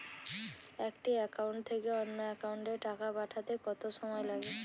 একটি একাউন্ট থেকে অন্য একাউন্টে টাকা পাঠাতে কত সময় লাগে?